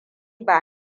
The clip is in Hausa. ba